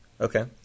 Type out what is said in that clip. Okay